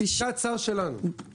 מלשכת שר שלנו.